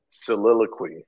soliloquy